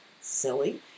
silly